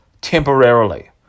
temporarily